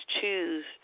choose